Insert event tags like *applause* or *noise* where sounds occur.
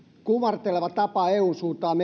kumarteleva tapa eun suuntaan *unintelligible*